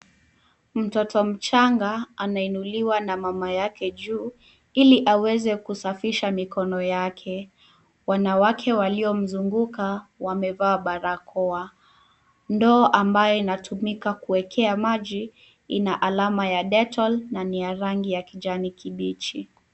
Mtoto mchanga anainuliwa na mama yake juu ili aweze kusafisha mikono yake. Wanawake waliomzunguka wamevaa barakoa. Ndoo ambayo inatumika kuwekea maji ina alama ya dettle na nia rangi ya kijani kibichi,